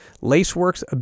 Lacework's